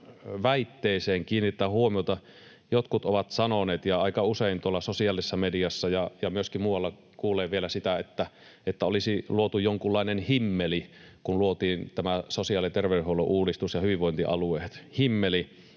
väitteeseen kiinnittää huomiota. Jotkut ovat sanoneet — ja aika usein tuolla sosiaalisessa mediassa ja myöskin muualla kuulee vielä sitä — että olisi luotu jonkunlainen himmeli, kun luotiin tämä sosiaali- ja terveydenhuollon uudistus ja hyvinvointialueet, himmeli,